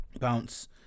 bounce